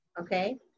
okay